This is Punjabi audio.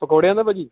ਪਕੌੜਿਆਂ ਦਾ ਭਾਅ ਜੀ